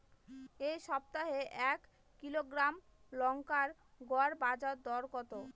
এই সপ্তাহে এক কিলোগ্রাম লঙ্কার গড় বাজার দর কত?